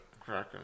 kraken